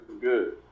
good